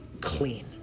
clean